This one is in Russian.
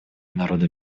народам